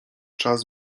czas